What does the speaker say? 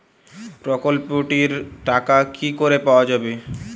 প্রকল্পটি র টাকা কি করে পাওয়া যাবে?